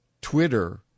Twitter